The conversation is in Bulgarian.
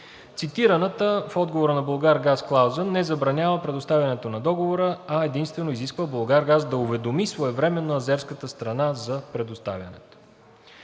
Цитираната в отговора на „Булгаргаз“ клауза не забранява предоставянето на Договора, а единствено изисква „Булгаргаз“ да уведоми своевременно азерската страна за предоставянето.